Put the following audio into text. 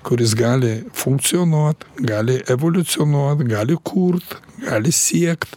kuris gali funkcionuot gali evoliucionuot gali kurt gali siekt